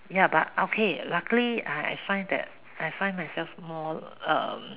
ya but okay luckily I I find that I find myself more um